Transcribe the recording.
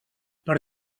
per